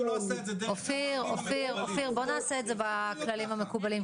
לי --- אופיר בוא נעשה את זה בכללים המקובלים,